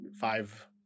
five